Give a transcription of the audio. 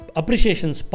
appreciations